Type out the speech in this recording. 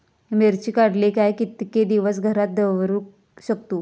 मिर्ची काडले काय कीतके दिवस घरात दवरुक शकतू?